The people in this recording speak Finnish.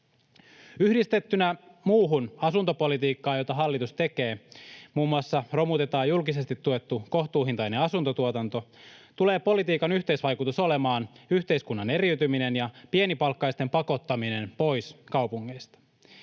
Yhdistettynä muuhun asuntopolitiikkaan, jota hallitus tekee, jossa muun muassa romutetaan julkisesti tuettu kohtuuhintainen asuntotuotanto, tulee politiikan yhteisvaikutus olemaan yhteiskunnan eriytyminen ja pienipalkkaisten pakottaminen pois kaupungeista.